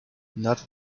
not